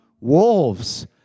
wolves